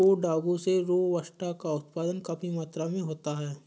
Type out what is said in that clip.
कोडागू में रोबस्टा का उत्पादन काफी मात्रा में होता है